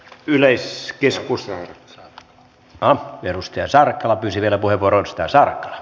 yleissopisi usan ahkeruus työsarkaa pysyville nyt on esitetty